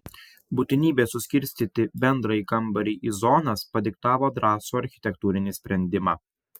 būtinybė suskirstyti bendrąjį kambarį į zonas padiktavo drąsų architektūrinį sprendimą